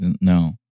no